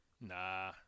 Nah